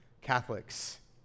Catholics